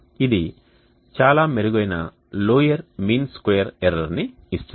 ఇది చాలా మెరుగైన లోయర్ మీన్ స్క్వేర్ ఎర్రర్ని ఇస్తుంది